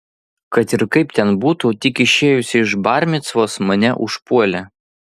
kad ir kaip ten būtų tik išėjusį iš bar micvos mane užpuolė